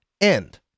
end